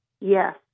Yes